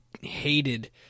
hated